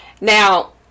Now